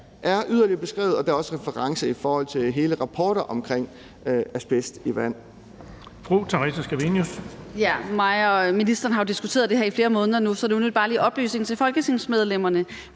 er yderligere beskrevet, og der er også referencer i forhold til hele rapporter om asbest i vand.